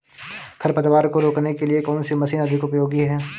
खरपतवार को रोकने के लिए कौन सी मशीन अधिक उपयोगी है?